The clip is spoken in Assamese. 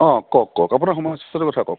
অঁ কওক কওক আপোনাৰ সমস্য়াটোৰ কথা কওক